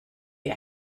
wie